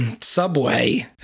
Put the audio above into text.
Subway